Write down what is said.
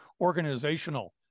organizational